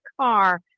car